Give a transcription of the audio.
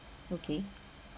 okay